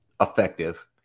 effective